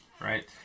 right